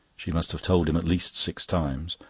she must have told him at least six times.